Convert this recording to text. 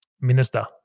minister